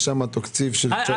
יש שם תקציב של 19,500 מיליון שקלים.